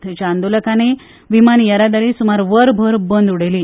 थंयच्या आंदोलकांनी विमान येरादारी सुमार वरभर बंद उडयिल्ली